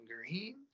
green